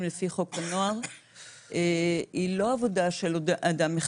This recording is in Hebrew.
לפי חוק הנוער היא לא עבודה של אדם אחד,